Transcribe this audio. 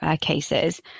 cases